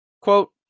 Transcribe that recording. quote